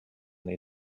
nii